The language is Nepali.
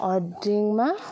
ड्रिङ्कमा